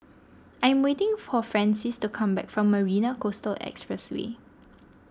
I am waiting for Francies to come back from Marina Coastal Expressway